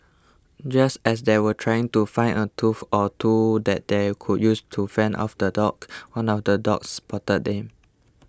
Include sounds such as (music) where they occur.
just as they were trying to find a tool (noise) or two that they could use to fend off the dogs one of the dogs spotted them